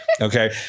Okay